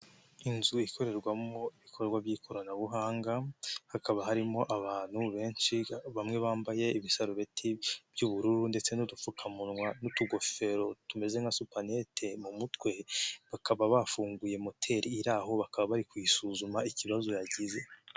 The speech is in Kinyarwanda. Inzu ikorerwamo ibikorwa by'ikoranabuhanga, hakaba harimo abantu benshi, bamwe bambaye ibisarubeti by'ubururu ndetse n'udupfukamunwa n'utugofero tumeze nka supanete mu mutwe, bakaba bafunguye moteri iri aho, bakaba bari kuyisuzuma ikibazo yagize.